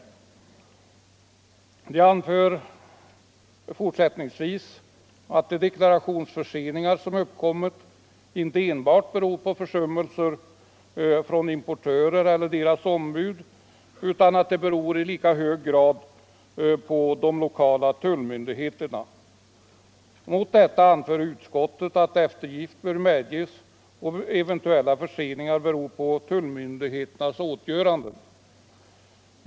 Reservanterna anför fortsättningsvis att de deklarationsförseningar som uppkommit inte enbart beror på försummelser från importörer eller deras ombud utan i lika hög grad beror på de lokala tullmyndigheterna. Mot detta anför utskottsmajoriteten att eftergift bör medges om eventuella förseningar beror på tullmyndigheternas åtgöranden.